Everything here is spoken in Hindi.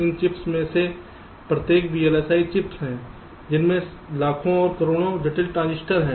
इन चिप्स में से प्रत्येक VLSI चिप्स हैं जिनमें लाखों करोड़ों जटिल ट्रांजिस्टर हैं